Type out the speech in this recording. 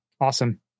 Awesome